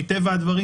מטבע הדברים,